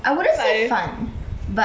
I wouldn't say fun